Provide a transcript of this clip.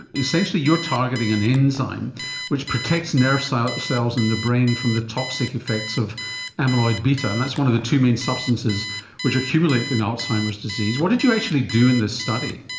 essentially you are targeting an enzyme which protects nerve cells cells in the brain from the toxic effects of amyloid beta and that's one of the two main substances which accumulate in alzheimer's disease. what did you actually do in this study?